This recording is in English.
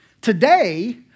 Today